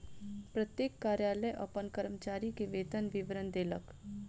प्रत्येक कार्यालय अपन कर्मचारी के वेतन विवरण देलक